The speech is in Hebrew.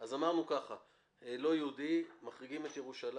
אז אמרנו לא יהודי, מחריגים את ירושלים.